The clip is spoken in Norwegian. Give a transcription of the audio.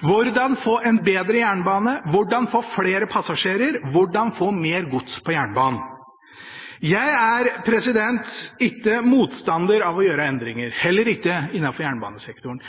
Hvordan få en bedre jernbane? Hvordan få flere passasjerer? Hvordan få mer gods på jernbanen? Jeg er ikke motstander av å gjøre endringer, heller ikke innenfor jernbanesektoren.